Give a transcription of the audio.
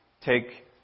take